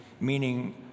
meaning